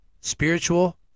spiritual